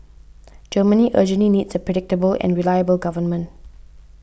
Germany urgently needs a predictable and reliable government